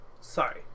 Sorry